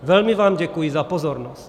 Velmi vám děkuji za pozornost.